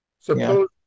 Suppose